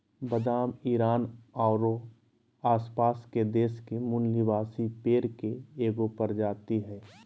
बादाम ईरान औरो आसपास के देश के मूल निवासी पेड़ के एगो प्रजाति हइ